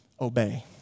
obey